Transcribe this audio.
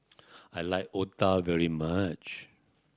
I like otah very much